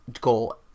goal